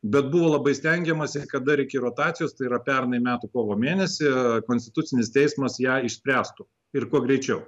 bet buvo labai stengiamasi kad dar iki rotacijos tai yra pernai metų kovo mėnesį konstitucinis teismas ją išspręstų ir kuo greičiau